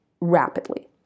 rapidly